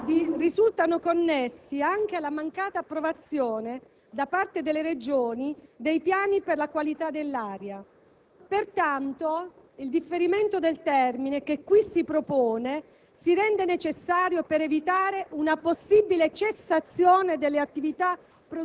risultano connessi anche alla mancata approvazione, da parte delle Regioni, dei piani per la qualità dell'aria. Pertanto, il differimento del termine che qui si propone si rende necessario per evitare possibili cessazioni delle attività